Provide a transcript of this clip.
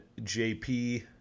JP